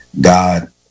god